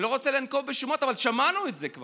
אני לא רוצה לנקוב בשמות, אבל כבר שמענו את זה.